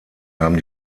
haben